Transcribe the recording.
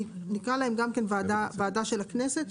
נכתוב ועדה של הכנסת,